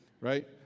right